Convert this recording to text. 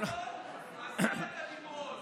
אולי נעשה חוק עשרת הדיברות.